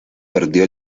perdió